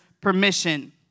permission